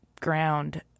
ground